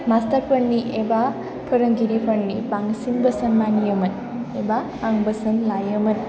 मास्टारफोरनि एबा फोरोंगिरिफोरनि बांसिन बोसोन मानियोमोन एबा आं बोसोन लायोमोन